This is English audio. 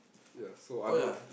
ya so other